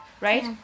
Right